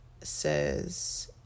says